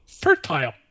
fertile